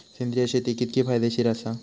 सेंद्रिय शेती कितकी फायदेशीर आसा?